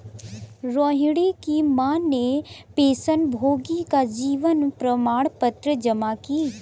रोहिणी की माँ ने पेंशनभोगी का जीवन प्रमाण पत्र जमा की